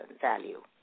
value